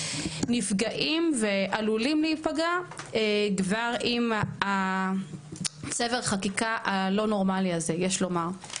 נפגעים ועלולים להיפגע כבר עם הצבר חקיקה הלא נורמלי הזה יש לומר.